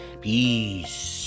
peace